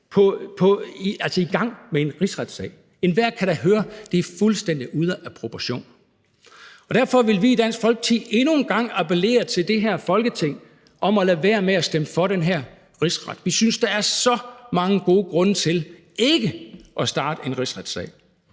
i gang med en rigsretssag. Enhver kan da høre, at det er fuldstændig ude af proportioner. Derfor vil vi i Dansk Folkeparti endnu en gang appellere til det her Folketing om at lade være med at stemme for den her rigsret. Vi synes, der er så mange gode grunde til ikke at starte en rigsretssag.